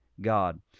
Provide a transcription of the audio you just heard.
God